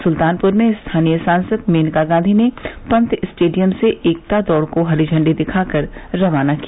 सुल्तानपुर में स्थानीय सांसद मेनका गांधी ने पंत स्टेडियम से एकता दौड़ को हरी झंडी दिखाकर रवाना किया